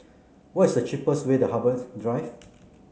what is the cheapest way to Harbour's Drive